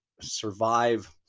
survive